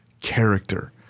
character